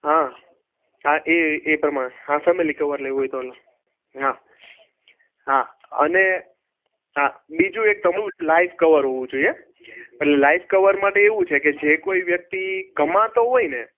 હં એ હા એ એ પ્રમાણે હા ફેમિલી કવર લેવું હોય તો હા હા અને હા બીજું એક તમારું લાઇફ કવર હોવું જોઇએ લાઇફ કવર માટે એવું છે કે જે કોઈ વ્યક્તિ કમાતો હોય ને